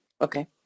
Okay